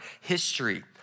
history